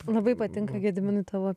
labai patinka gediminui tavo